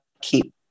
keep